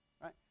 right